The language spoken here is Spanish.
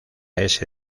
ese